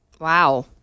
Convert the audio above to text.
Wow